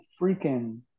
freaking